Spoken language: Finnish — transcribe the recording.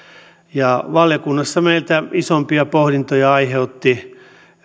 valiokunnassa meillä isompia pohdintoja aiheutti